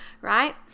Right